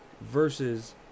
versus